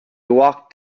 walked